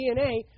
DNA